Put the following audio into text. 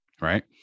right